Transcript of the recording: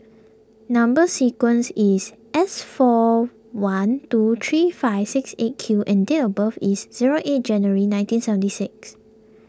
Number Sequence is S four one two three five six eight Q and date of birth is zero eight January nineteen seventy six